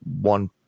one